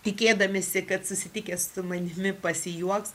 tikėdamiesi kad susitikę su manimi pasijuoks